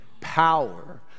power